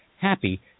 happy